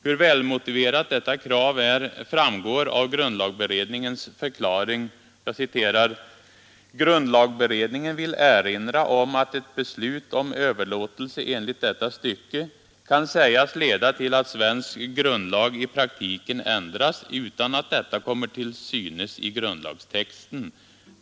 Hur välmotiverat detta krav är framgår av grundlagberedningens förklaring: ”Grundlagberedningen vill erinra om att ett beslut om överlåtelse enligt detta stycke kan sägas leda till att svensk grundlag i praktiken ändras utan att detta kommer till synes i grundlagstexten.